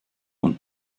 und